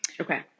Okay